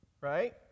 Right